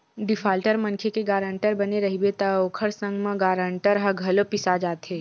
defaulter मनखे के guarantor बने रहिबे त ओखर संग म गारंटर ह घलो पिसा जाथे